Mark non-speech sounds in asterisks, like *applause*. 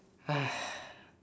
*breath*